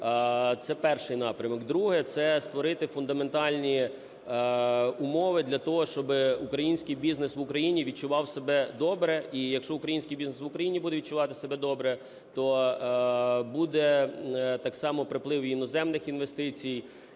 Це перший напрямок. Друге. Це створити фундаментальні умови для того, щоб український бізнес в Україні відчував себе добре. І якщо український бізнес в Україні буде відчувати себе добре, то буде так само приплив іноземних інвестицій